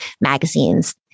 magazines